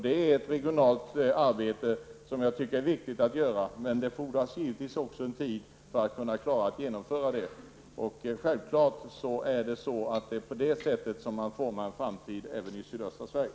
Det är ett regionalt arbete som är viktigt att göra. Men det fordras givetvis också en tid för att genomföra detta. Självfallet är det så som en framtid formas även i sydöstra Sverige.